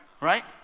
Right